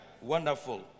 Wonderful